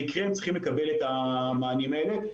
יקרה הם צריכים לקבל את המענים האלה.